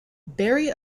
barry